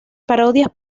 parodias